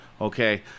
okay